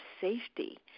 safety